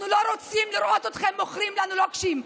אנחנו לא רוצים לראות אתכם מוכרים לנו לוקשים.